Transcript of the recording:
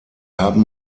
haben